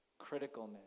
criticalness